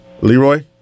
Leroy